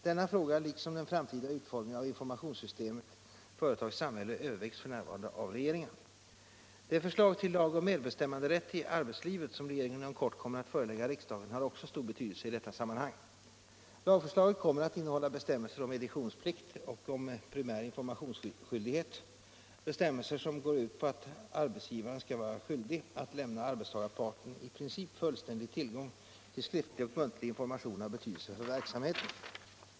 Denna fråga liksom den framtida utformningen av informationssystemet företag-samhälle övervägs f. n. av regeringen. Det förslag till lag om medbestämmanderätt i arbetslivet som regeringen inom kort kommer att förelägga riksdagen har också stor betydelse i sammanhanget. Lagförslaget kommer att innehålla bestämmelser om editionsplikt och primär informationsskyldighet, vilka går ut på att arbetsgivaren skall vara skyldig att lämna arbetstagarparten i princip fullständig tillgång till skriftlig och muntlig information av betydelse för verksamheten.